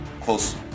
close